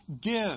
Give